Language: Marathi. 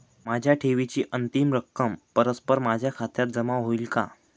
माझ्या ठेवीची अंतिम रक्कम परस्पर माझ्या खात्यात जमा होईल का?